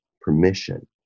permission